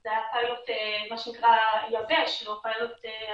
זה היה פיילוט יבש, לא פיילוט על